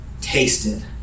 tasted